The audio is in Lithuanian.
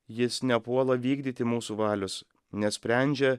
jis nepuola vykdyti mūsų valios nesprendžia